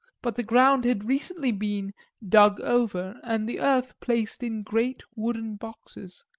but the ground had recently been dug over, and the earth placed in great wooden boxes,